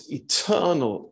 eternal